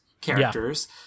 characters